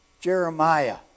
Jeremiah